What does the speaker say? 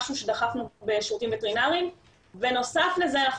בנוסף לזה,